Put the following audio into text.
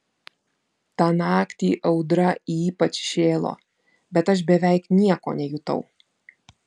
tą naktį audra ypač šėlo bet aš beveik nieko nejutau